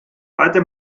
heute